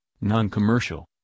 non-commercial